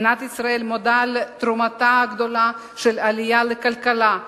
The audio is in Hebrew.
מדינת ישראל מודה על תרומתה הגדולה של העלייה לכלכלה,